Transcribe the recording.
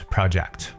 Project